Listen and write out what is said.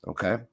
Okay